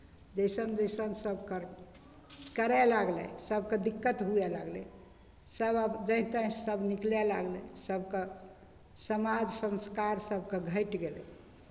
जैसन जैसन सभके कर् करय लागलै सभकेँ दिक्कत हुअ लागलै सभ आब जाँहि ताँहि सभ निकलय लागलै सभके समाज संस्कार सभके घटि गेलै